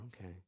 Okay